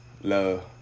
Love